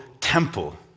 temple